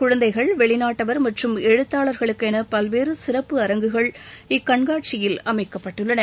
குழந்தைகள் வெளிநாட்டவர் மற்றும் எழுத்தாளர்களுக்கு என பல்வேறு சிறப்பு அரங்குகள் இக்கண்காட்சியில் அமைக்கப்பட்டுள்ளன